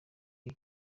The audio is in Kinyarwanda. iyi